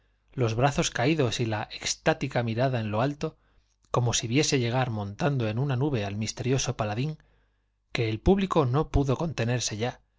los brazos vagar osa y dulce caídos y la extática mirada en lo alto como si viese llegar montado en una nube al misterioso paladín que el público no pudo contenerse ya